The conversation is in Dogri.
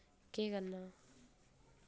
केह् करना